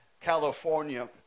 California